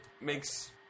makes